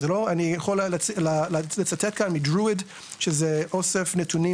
אני יכול לצטט כאן מאוסף נתונים